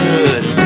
Good